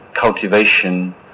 cultivation